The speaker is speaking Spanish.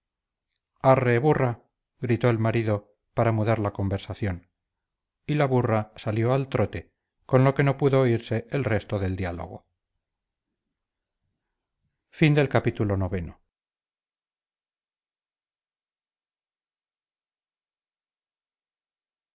arre burra gritó el marido para mudar de conversación y la burra salió al trote con lo que no pudo oírse el resto del diálogo